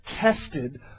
tested